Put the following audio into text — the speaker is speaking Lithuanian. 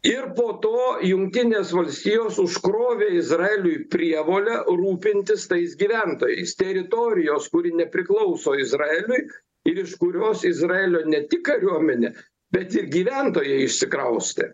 ir po to jungtinės valstijos užkrovė izraeliui prievolę rūpintis tais gyventojais teritorijos kuri nepriklauso izraeliui ir iš kurios izraelio ne tik kariuomenė bet gyventojai išsikraustė